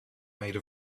made